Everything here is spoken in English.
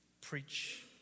preach